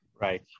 Right